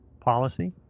policy